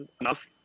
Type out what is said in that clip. enough